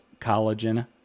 collagen